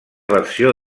versió